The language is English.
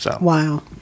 Wow